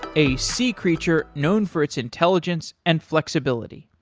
a sea creature known for its intelligence and flexibility.